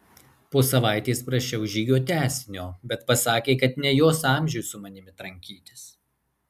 po savaitės prašiau žygio tęsinio bet pasakė kad ne jos amžiui su manimi trankytis